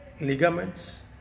ligaments